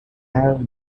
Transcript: have